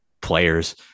players